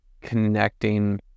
connecting